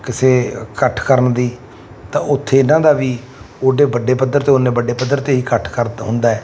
ਕਿਸੇ ਇਕੱਠ ਕਰਨ ਦੀ ਤਾਂ ਉੱਥੇ ਇਹਨਾਂ ਦਾ ਵੀ ਓਡੇ ਵੱਡੇ ਪੱਧਰ 'ਤੇ ਉਨੇ ਵੱਡੇ ਪੱਧਰ 'ਤੇ ਹੀ ਇਕੱਠ ਕਰਤ ਹੁੰਦਾ ਹੈ